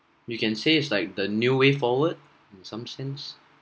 you can say it's like the new way forward in some sense